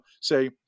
say